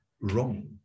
wrong